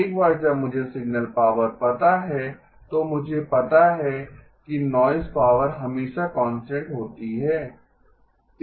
एक बार जब मुझे सिग्नल पावर पता है तो मुझे पता है कि नॉइज़ पावर हमेशा कांस्टेंट होती है